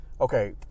okay